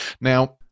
now